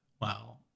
Wow